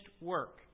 work